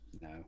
No